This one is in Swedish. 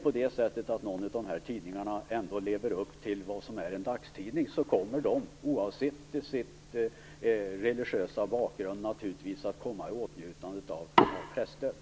Om någon av dessa tidningar ändå lever upp till vad som är en dagstidning kommer den oavsett sin religiösa bakgrund naturligtvis att komma i åtnjutande av presstöd.